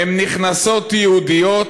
"הן נכנסות יהודיות,